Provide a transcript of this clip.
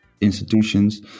institutions